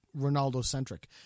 Ronaldo-centric